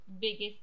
biggest